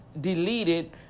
deleted